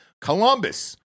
Columbus